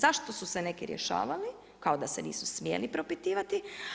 Zašto su se neki rješavali kao da se nisu smjeli propitivati?